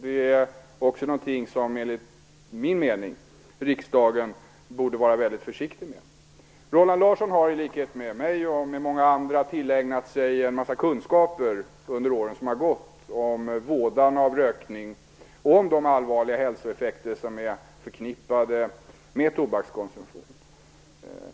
Det är också någonting som riksdagen, enligt min mening, borde vara väldigt försiktig med. Roland Larsson har i likhet med mig och många andra tillägnat sig en massa kunskaper under de år som har gått om vådan av rökning och om de allvarliga hälsoeffekter som är förknippade med tobakskonsumtion.